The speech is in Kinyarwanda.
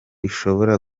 ishobora